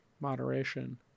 moderation